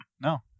No